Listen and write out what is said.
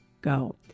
go